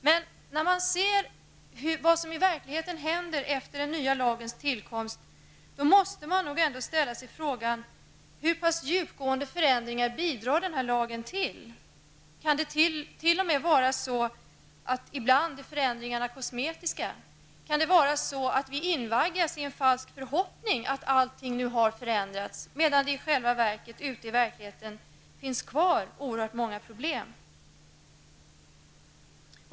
Men när man ser vad som verkligen händer efter den nya lagens tillkomst, måste man ändå fråga sig hur pass djupgående förändringar lagen bidrar till. Kan det t.o.m. vara så, att förändringarna ibland är kosmetiska? Kan det vara så, att vi invaggas i en falsk förhoppning om att allting har förändrats, medan det i själva verket finns kvar oerhört många problem?